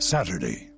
Saturday